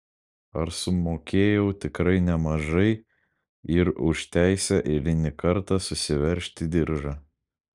ar sumokėjau tikrai nemažai ir už teisę eilinį kartą susiveržti diržą